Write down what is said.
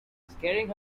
scaring